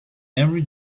every